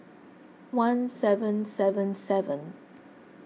one seven seven seven